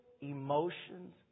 emotions